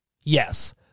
Yes